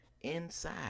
Inside